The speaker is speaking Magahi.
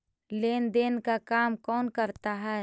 लेन देन का काम कौन करता है?